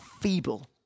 feeble